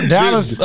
Dallas